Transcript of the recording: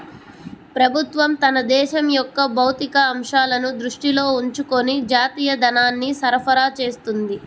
ప్రభుత్వం తన దేశం యొక్క భౌతిక అంశాలను దృష్టిలో ఉంచుకొని జాతీయ ధనాన్ని సరఫరా చేస్తుంది